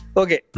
okay